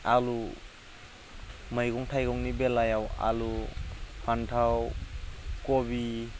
आलु मैगं थाइगंनि बेलायाव आलु फानथाव खबि